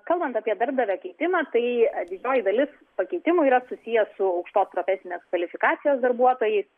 kalbant apie darbdavio keitimą tai didžioji dalis pakeitimų yra susiję su aukštos profesinės kvalifikacijos darbuotojais